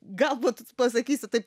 galbūt pasakysit tai